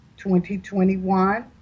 2021